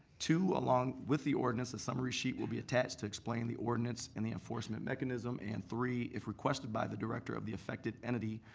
two, along with the ordinance, a summary sheet will be attached to explain the ordinance, and the enforcement mechanism. and three, if requested by the director of the effected entity,